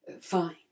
Fine